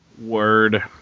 Word